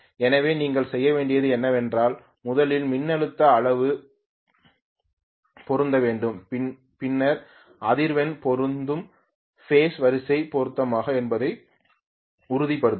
எனவே நீங்கள் செய்ய வேண்டியது என்னவென்றால் முதலில் மின்னழுத்த அளவு பொருந்த வேண்டும் பின்னர் அதிர்வெண் பொருந்தும் பேஸ் வரிசை பொருந்துமா என்பதை உறுதிப்படுத்தவும்